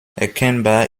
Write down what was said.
erkennbar